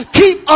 keep